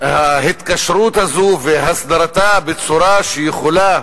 ההתקשרות הזאת והסדרתה בצורה שיכולה,